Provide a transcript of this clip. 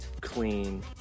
clean